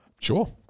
Sure